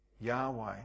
Yahweh